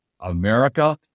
America